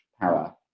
power